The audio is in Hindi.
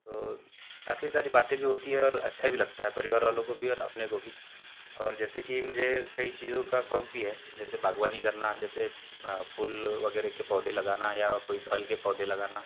तो काफ़ी सारी बातें भी होती हैं और अच्छा भी लगता है परिवार वालों को भी और अपने को भी और जैसे कि मुझे कई चीज़ों का शौक़ भी है जैसे बागवानी करना जैसे फूल वगैरह के पौधे लगाना या कोई फल के पौधे लगाना